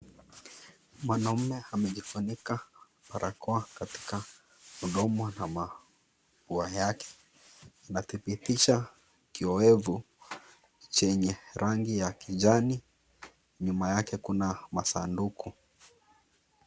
Mwanaume amejifunika barakoa katika mdomo na mapua yake kiwevu. Anadhibitisha kiwevu chenye rangi ya majani, nyuma yake kuna masanduku.